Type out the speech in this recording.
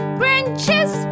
branches